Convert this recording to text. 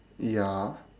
ya